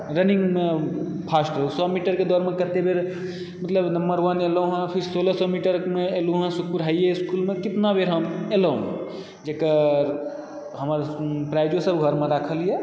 रन्निंगमे fast रहहुँ सए मीटरके दौड़मे कतए बेर मतलब नम्बर वन एलहुँ हँ फेर सोलह सए मीटरमे एलहुँ हँ सुखपुर हाईए इस्कूलमे केतना बेर हम एलहुँ जेकर हमर प्राइजोसभ हमर घरमे राखलए